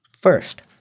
First